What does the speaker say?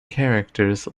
characters